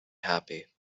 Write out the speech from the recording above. happy